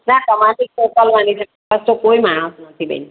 ના તમારે જ મોકલવાની છે અમારે તો કોઈ માણસ નથી બેન